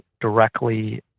directly